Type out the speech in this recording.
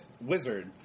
Wizard